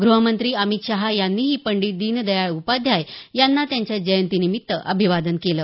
गृहमंत्री अमित शहा यांनीही पंडित दीनदयाळ उपाध्याय यांना त्यांच्या जयंतीनिमित्त अभिवादन केलं